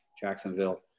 Jacksonville